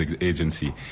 agency